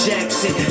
Jackson